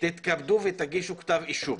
תתכבדו ותגישו כתב אישום.